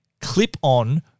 clip-on